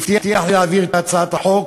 הוא הבטיח לי להעביר את הצעת החוק,